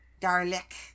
Garlic